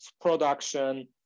production